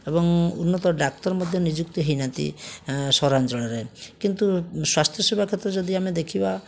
ଏବଂ ଉନ୍ନତ ଡାକ୍ତର ମଧ୍ୟ ନିଯୁକ୍ତି ହେଇନାହାଁନ୍ତି ଏ ସହରାଞ୍ଚଳରେ କିନ୍ତୁ ସ୍ଵାସ୍ଥ୍ୟସେବା କ୍ଷେତ୍ରରେ ଯଦି ଆମେ ଦେଖିବା